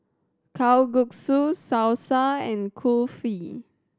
Kalguksu Salsa and Kulfi